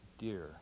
Dear